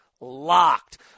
LOCKED